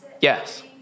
Yes